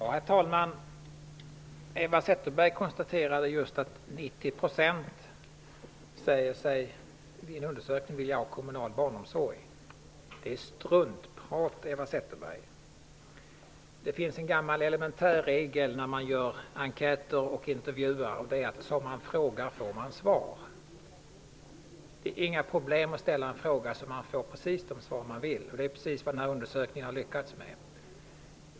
Herr talman! Eva Zetterberg konstaterade att 90 % i en undersökning hade sagt sig vilja ha kommunal barnomsorg. Det är struntprat, Eva Zetterberg. Det finns en elementär sanning om enkäter och intervjuer, och det är: Som man frågar får man svar. Det är inga problem att ställa en fråga så, att man får precis det svar man vill ha. Det är just vad den undersökningen har lyckats med.